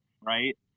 right